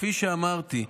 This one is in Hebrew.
כפי שאמרתי,